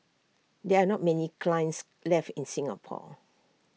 there are not many kilns left in Singapore